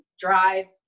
drive